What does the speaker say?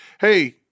hey